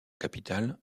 capitale